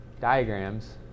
diagrams